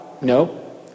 No